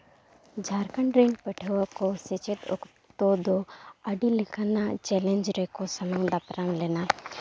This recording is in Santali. ᱡᱷᱟᱲᱠᱷᱚᱸᱰ ᱨᱮᱱ ᱯᱟᱹᱴᱷᱩᱣᱟᱹ ᱠᱚ ᱥᱮᱪᱮᱫ ᱚᱠᱛᱚ ᱫᱚ ᱟᱹᱰᱤ ᱞᱮᱠᱟᱱᱟᱜ ᱪᱮᱞᱮᱧᱡᱽ ᱨᱮᱠᱚ ᱥᱟᱢᱟᱝ ᱫᱟᱯᱨᱟᱢ ᱞᱮᱱᱟ